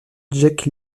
jack